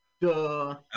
Duh